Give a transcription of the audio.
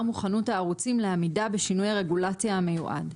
מוכנות הערוצים לעמידה בשינוי הרגולציה המיועד.